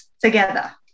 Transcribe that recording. together